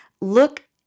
look